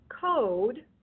code